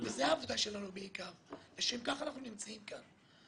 זו העבודה שלנו, בשל כך אנחנו נמצאים כאן.